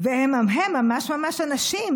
הם ממש ממש אנשים,